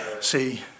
See